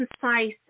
concise